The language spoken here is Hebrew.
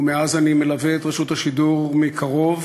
ומאז אני מלווה את רשות השידור מקרוב